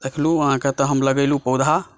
देखलहुँ अहाँकेँ तऽ हम लगेलहुँ पौधा